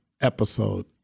episode